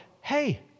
hey